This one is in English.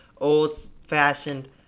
old-fashioned